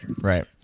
Right